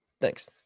Thanks